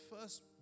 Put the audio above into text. first